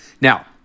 Now